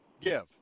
give